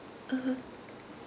(uh huh)